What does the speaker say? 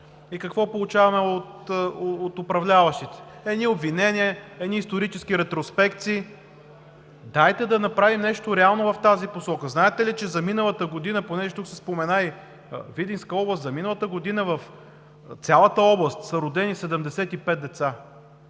и какво получаваме от управляващите – едни обвинения, едни исторически ретроспекции. Дайте да направим нещо реално в тази посока! Знаете ли, че за миналата година, понеже тук се спомена и Видинска област, за миналата година в цялата област са родени 75 деца?